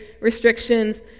restrictions